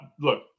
Look